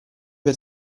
per